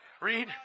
Read